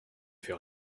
fait